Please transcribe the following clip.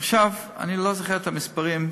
עכשיו אני לא זוכר את המספרים,